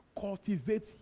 Cultivate